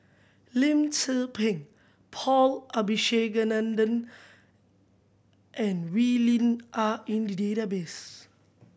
Lim Tze Peng Paul Abisheganaden and Wee Lin are in the database